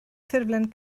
ffurflen